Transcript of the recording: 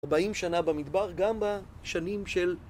40 שנה במדבר, גם בשנים של...